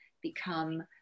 become